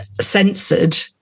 censored